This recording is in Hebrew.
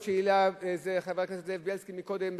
שהעלה חבר הכנסת זאב בילסקי קודם,